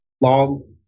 long